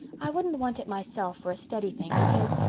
i wouldn't want it myself for a steady thing, because,